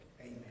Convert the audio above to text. Amen